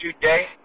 today